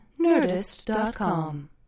Nerdist.com